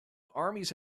armies